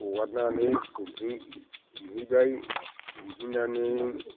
हगारनानै गुमहैबाय गुमहैनानै